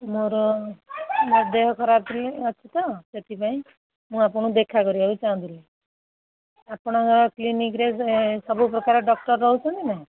ମୋର ଦେହ ଖରାପ ଟିକେ ଅଛି ତ ସେଥିପାଇଁ ମୁଁ ଆପଣଙ୍କୁ ଦେଖା କରିବାକୁ ଚାହୁଁଥିଲି ଆପଣଙ୍କ କ୍ଲିନିକ୍ରେ ସବୁପ୍ରକାର ଡକ୍ଟର ରହୁଛନ୍ତି ନା